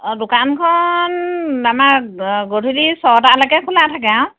অ দোকানখন আমাৰ গধূলি ছটালৈকে খোলা থাকে আৰু